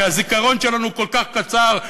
כי הזיכרון שלנו כל כך קצר,